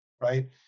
right